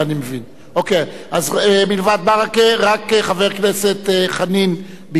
אוקיי, אז מלבד ברכה רק חבר כנסת חנין ביקש לדבר.